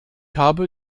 habe